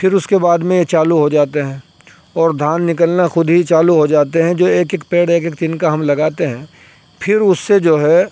پھر اس کے بعد میں یہ چالو ہو جاتے ہیں اور دھان نکلنا خود ہی چالو ہو جاتے ہیں جو ایک ایک پیڑ ایک ایک تنکا ہم لگاتے ہیں پھر اس سے جو ہے